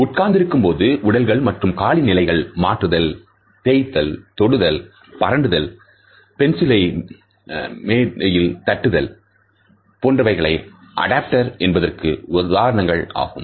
உட்கார்ந்திருக்கும் பொழுது உடல்கள் மற்றும் காலின் நிலைகளை மாற்றுதல் தேய்த்தல் தொடுதல் பரண்டுதல் பென்சிலை மேதையில் தட்டுதல் போன்றவைகள் அடாப்டர்என்பதற்கு உதாரணங்கள் ஆகும்